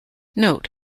note